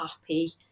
happy